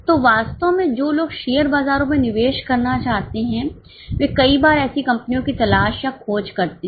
तो वास्तव में जो लोग शेयर बाजारों में निवेश करना चाहते हैं वे कई बार ऐसी कंपनियों की तलाश या खोज करते हैं